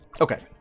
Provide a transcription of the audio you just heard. Okay